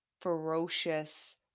ferocious